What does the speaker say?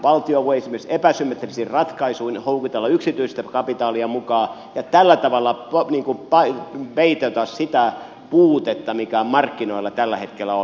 valtio voi esimerkiksi epäsymmetrisin ratkaisuin houkutella yksityistä kapitaalia mukaan ja tällä tavalla peitota sitä puutetta mikä markkinoilla tällä hetkellä on